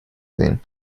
sehen